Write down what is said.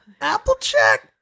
Applejack